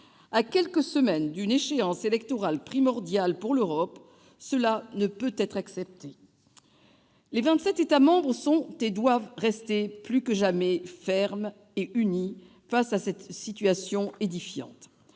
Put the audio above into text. À quelques semaines d'une échéance électorale primordiale pour l'Europe, cela ne peut être accepté. Les 27 États membres sont et doivent rester plus que jamais fermes et unis face à cette situation édifiante.